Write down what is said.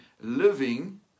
living